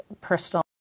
personal